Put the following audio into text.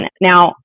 Now